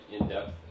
in-depth